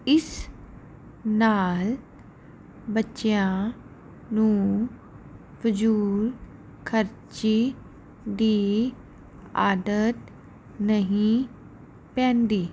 ਇਸ ਨਾਲ ਬੱਚਿਆਂ ਨੂੰ ਫਜ਼ੂਲ ਖਰਚ ਦੀ ਆਦਤ ਨਹੀਂ ਪੈਂਦੀ